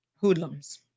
hoodlums